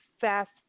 fast